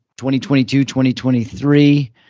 2022-2023